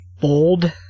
bold